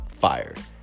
fired